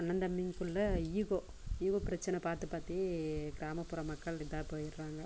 அண்ணன் தம்பிங்கக்குள்ளே ego ego பிரச்சனை பார்த்துப் பார்த்தே கிராமப்புற மக்கள் இதாக போய்டுறாங்க